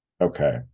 Okay